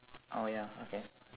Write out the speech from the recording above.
oh ya okay